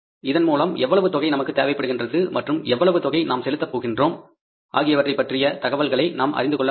இதன் மூலம் எவ்வளவு தொகை நமக்கு தேவைப்படுகின்றது மற்றும் எவ்வளவு தொகை நாம் செலுத்த போகின்றோம் ஆகியவற்றைப் பற்றிய தகவல்களை நாம் அறிந்து கொள்ள முடியும்